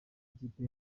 ikipe